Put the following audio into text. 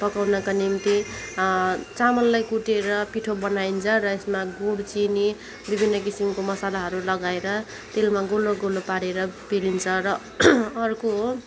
पकाउनको निम्ति चामललाई कुटेर पिठो बनाइन्छ र यसमा गुड चिनी विभिन्न किसिमको मसालाहरू लगाएर तेलमा गोलो गोलो पारेर पेलिन्छ र अर्को हो